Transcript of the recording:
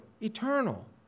Eternal